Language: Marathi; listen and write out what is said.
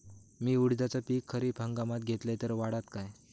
मी उडीदाचा पीक खरीप हंगामात घेतलय तर वाढात काय?